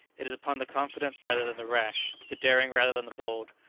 it is upon the confident rather than the rash, the daring rather than the bold,